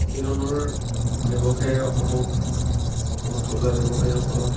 এই ধৰণৰ ব্যৱসায়ে অসমক অসমৰ থলুৱা ব্যৱসায়ীসকলক